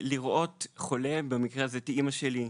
לראות חולה, במקרה הזה את אמא שלי,